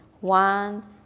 one